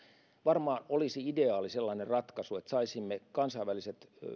varmaan olisi ideaali sellainen ratkaisu että saisimme tämmöiset kansainväliset